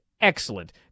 excellent